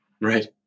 Right